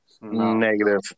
negative